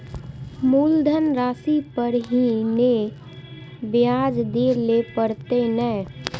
मुलधन राशि पर ही नै ब्याज दै लै परतें ने?